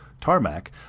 tarmac